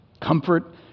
Comfort